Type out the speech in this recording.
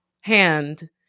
hand